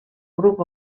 grup